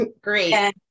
great